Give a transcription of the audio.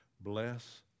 Bless